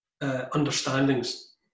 understandings